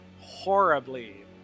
horribly